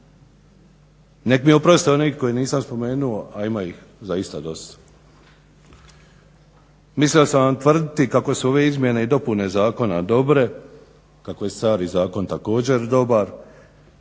Nek' mi oproste oni koje nisam spomenuo a ima ih zaista dosta. Mislio sam vam tvrditi kako su ove izmjene i dopune zakona dobre, kako je stari zakon također dobar,